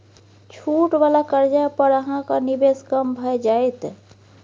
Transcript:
छूट वला कर्जा पर अहाँक निवेश कम भए जाएत